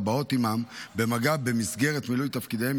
הבאות עימם במגע במסגרת מילוי תפקידיהן,